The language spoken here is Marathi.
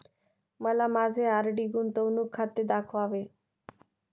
मला माझे आर.डी गुंतवणूक खाते दाखवावे